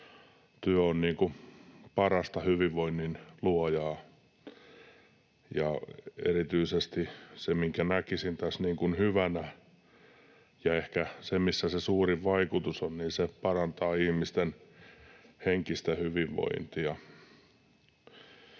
työ on paras hyvinvoinnin luoja, ja se, minkä näkisin tässä erityisesti hyvänä ja missä ehkä se suurin vaikutus on, on se, että se parantaa ihmisten henkistä hyvinvointia.